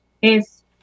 es